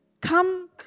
Come